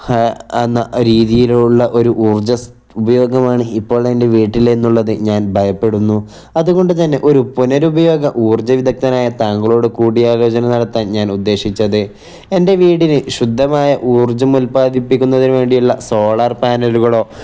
എന്ന രീതിയിലുള്ള ഒരു ഊർജ്ജ ഉപയോഗമാണ് ഇപ്പോൾ എൻ്റെ വീട്ടിൽ എന്നുള്ളത് ഞാൻ ഭയപ്പെടുന്നു അതുകൊണ്ട് തന്നെ ഒരു പുനരുപയോഗ ഊർജ്ജ വിദഗ്ദനായ താങ്കളോട് കൂടി ആലോചന നടത്താൻ ഞാൻ ഉദ്ദേശിച്ചത് എൻ്റെ വീടിന് ശുദ്ധമായ ഊർജ്ജം ഉൽപാദിപ്പിക്കുന്നതിന് വേണ്ടിയുള്ള സോളാർ പാനലുകളോ